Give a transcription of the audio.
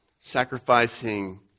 sacrificing